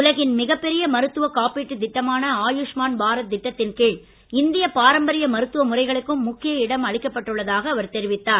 உலகின் மிகப்பெரிய மருத்துவ காப்பீட்டுத் திட்டமான ஆயுஷ்மான் பாரத் திட்டத்தின் கீழ் இந்திய பாரம்பரிய மருத்துவ முறைகளுக்கும் முக்கிய இடம் அளிக்கப்பட்டுள்ளதாக அவர் தெரிவித்தார்